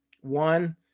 one